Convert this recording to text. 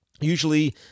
usually